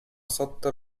sotto